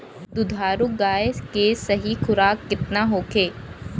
दुधारू गाय के सही खुराक केतना होखे?